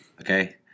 Okay